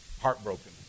Heartbroken